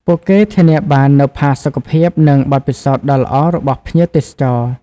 ពួកគេធានាបាននូវផាសុកភាព និងបទពិសោធន៍ដ៏ល្អរបស់ភ្ញៀវទេសចរ។